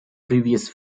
previous